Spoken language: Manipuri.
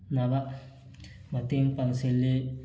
ꯅꯕ ꯃꯇꯦꯡ ꯄꯥꯡꯁꯤꯜꯂꯤ